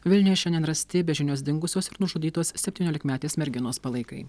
vilniuje šiandien rasti be žinios dingusios ir nužudytos septyniolikmetės merginos palaikai